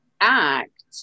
act